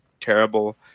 terrible